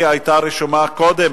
היא היתה רשומה קודם,